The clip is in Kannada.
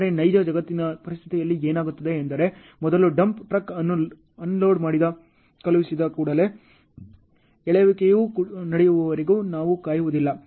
ಆದರೆ ನೈಜ ಜಗತ್ತಿನ ಪರಿಸ್ಥಿತಿಯಲ್ಲಿ ಏನಾಗುತ್ತದೆ ಎಂದರೆ ಮೊದಲ ಡಂಪ್ ಟ್ರಕ್ ಅನ್ನು ಲೋಡ್ ಮಾಡಿ ಕಳುಹಿಸಿದ ಕೂಡಲೇ ಎಳೆಯುವಿಕೆಯು ನಡೆಯುವವರೆಗೆ ನಾವು ಕಾಯುವುದಿಲ್ಲ